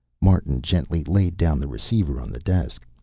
martin gently laid down the receiver on the desk.